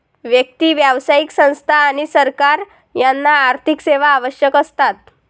व्यक्ती, व्यावसायिक संस्था आणि सरकार यांना आर्थिक सेवा आवश्यक असतात